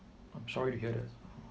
I'm sorry to hear that